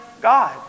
God